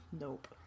Nope